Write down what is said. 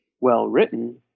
well-written